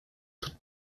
toute